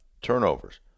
turnovers